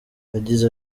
yagize